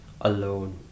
alone